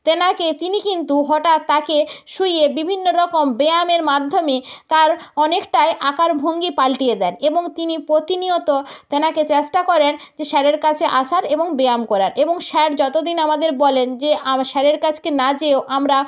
তেনাকে তিনি কিন্তু হঠাৎ তাকে শুইয়ে বিভিন্ন রকম ব্যায়ামের মাধ্যমে তার অনেকটাই আকার ভঙ্গি পাল্টে দেন এবং তিনি প্রতিনিয়ত তেনাকে চেষ্টা করেন যে স্যারের কাছে আসার এবং ব্যায়াম করার এবং স্যার যতদিন আমাদের বলেন যে স্যারের কাছে না যেও আমরা